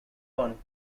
one